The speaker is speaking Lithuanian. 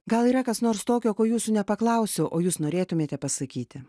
gal yra kas nors tokio ko jūsų nepaklausiau o jūs norėtumėte pasakyti